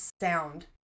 sound